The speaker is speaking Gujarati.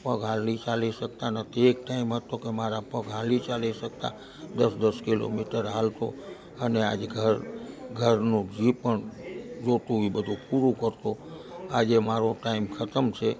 પગ હાલી ચાલી શકતા નથી એક ટાઈમ હતો કે મારા પગ હાલી ચાલી શકતા દસ દસ કિલોમીટર ચાલતો અને આજ ઘર ઘરનું જે પણ જોઈતું એ બધું પૂરું કરતો આજે મારો ટાઈમ ખતમ છે